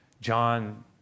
John